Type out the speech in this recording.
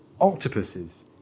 octopuses